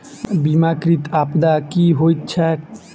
बीमाकृत आपदा की होइत छैक?